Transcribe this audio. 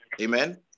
Amen